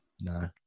No